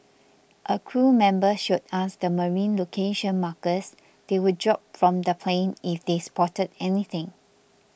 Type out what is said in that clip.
a crew member showed us the marine location markers they would drop from the plane if they spotted anything